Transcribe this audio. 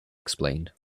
explained